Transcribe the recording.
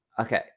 Okay